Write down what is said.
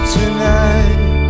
tonight